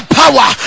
power